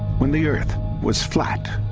when the earth was flat